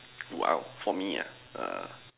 !wow! for me ah err